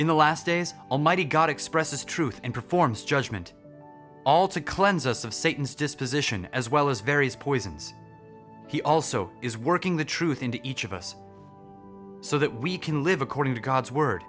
in the last days almighty god expresses truth and performs judgement all to cleanse us of satan's disposition as well as various poisons he also is working the truth into each of us so that we can live according to god's word